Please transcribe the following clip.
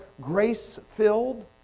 grace-filled